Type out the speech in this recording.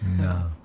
No